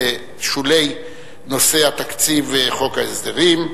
בשולי נושא התקציב וחוק ההסדרים.